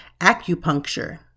acupuncture